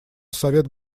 совет